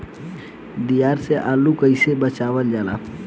दियार से आलू के कइसे बचावल जाला?